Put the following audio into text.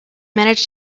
managed